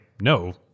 no